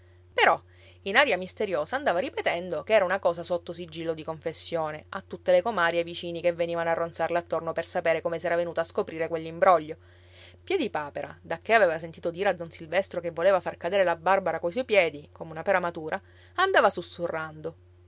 però in aria misteriosa andava ripetendo che era una cosa sotto sigillo di confessione a tutte le comari e i vicini che venivano a ronzarle attorno per sapere come s'era venuto a scoprire quell'imbroglio piedipapera dacché aveva sentito dire a don silvestro che voleva far cadere la barbara coi suoi piedi come una pera matura andava sussurrando